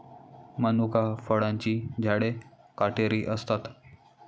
मनुका फळांची झाडे काटेरी असतात